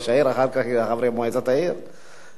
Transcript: אחר כך חברי מועצת העיר,